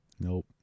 Nope